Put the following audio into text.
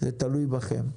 זה תלוי בכם.